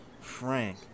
Frank